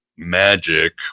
magic